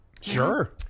Sure